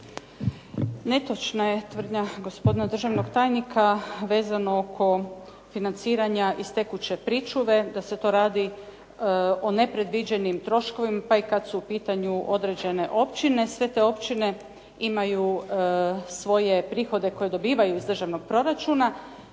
Netočna je izjava gospodina državnog tajnika vezano oko financiranja iz tekuće pričuve da se to radi o nepredviđenim troškovima pa i kad su u pitanju određene općine. Sve te općine imaju svoje prihode koje dobivaju iz državnog proračuna